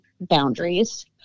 boundaries